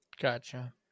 Gotcha